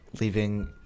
leaving